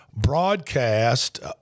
broadcast